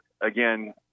again